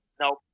Nope